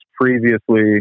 previously